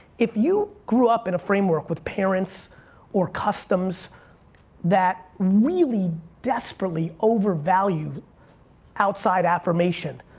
if you grew up in a framework with parents or customs that really, desperately over valued outside affirmation,